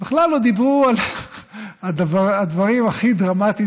בכלל לא דיברו על הדברים הכי דרמטיים